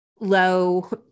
low